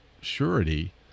surety